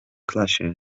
klasie